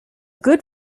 good